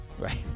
right